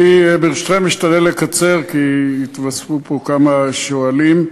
אני, ברשותכם, אשתדל לקצר, כי התווספו כמה שואלים.